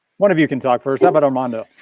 one of you can talk, first about armando.